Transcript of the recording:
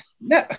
no